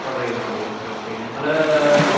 order ചെയ്തമതി okay okay ഞങ്ങൾ